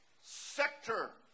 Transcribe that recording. sector